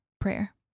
prayer